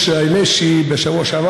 תודה רבה לך, אדוני היושב-ראש.